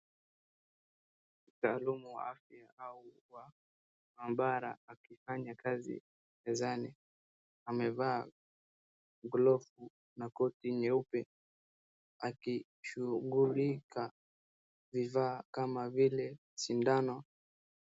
Mtaalamu wa afya au wa maabara, akifanya kazi mezani, amevaa glovu na koti nyeupe akishughulikia vifaa kama vile sindano.